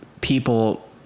people